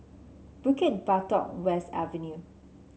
Bukit Batok West Avenue